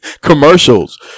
commercials